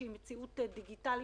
שהפכה למציאות דיגיטלית.